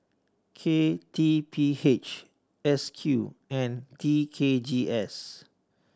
K T P H S Q and T K G S